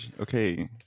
Okay